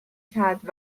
کرد